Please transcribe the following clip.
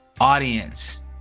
audience